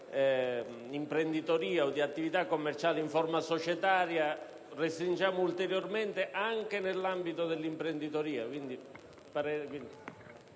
imprenditoria o di attività commerciale in forma societaria operiamo un'ulteriore restrizione anche nell'ambito dell'imprenditoria.